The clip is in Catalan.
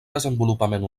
desenvolupament